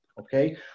okay